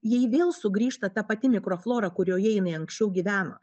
jai vėl sugrįžta ta pati mikroflora kurioje jinai anksčiau gyveno